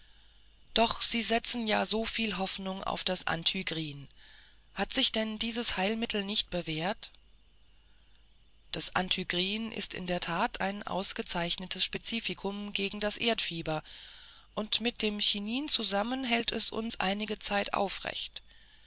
doch sie setzten ja so viele hoffnung auf das anthygrin hat sich denn dieses heilmittel nicht bewährt das anthygrin ist in der tat ein ausgezeichnetes spezifikum gegen das erdfieber und mit dem chinin zusammen hält es uns einige zeit aufrecht